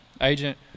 Agent